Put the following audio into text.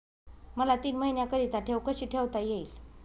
मला तीन महिन्याकरिता ठेव कशी ठेवता येईल?